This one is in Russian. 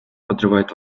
подрывает